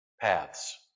paths